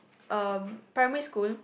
um primary school